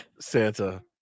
Santa